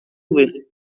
with